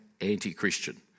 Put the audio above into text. anti-Christian